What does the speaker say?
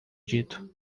dito